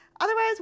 Otherwise